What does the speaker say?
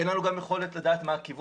אין לנו גם יכולת לדעת מה הכיוון.